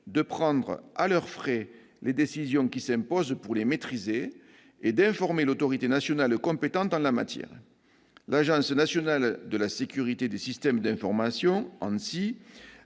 de prendre à leurs frais les décisions qui s'imposent pour les maîtriser et d'informer l'autorité nationale compétente en la matière. L'Agence nationale de la sécurité des systèmes d'information,